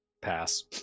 Pass